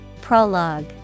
Prologue